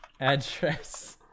address